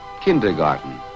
Kindergarten